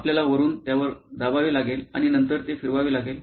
आपल्याला वरुन त्यावर दाबावे लागेल आणि नंतर ते फिरवावे लागेल